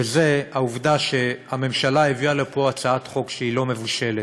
וזה העובדה שהממשלה הביאה לפה הצעת חוק שהיא לא מבושלת,